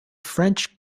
french